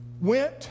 went